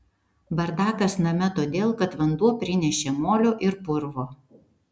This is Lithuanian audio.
bardakas name todėl kad vanduo prinešė molio ir purvo